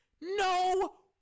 No